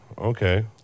Okay